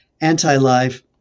anti-life